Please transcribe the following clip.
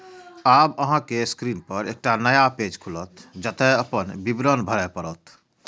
आब अहांक स्क्रीन पर एकटा नया पेज खुलत, जतय अपन विवरण भरय पड़त